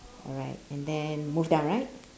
alright and then move down right